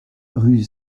rue